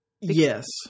Yes